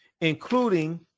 including